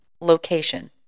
location